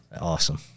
Awesome